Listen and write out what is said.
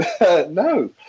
no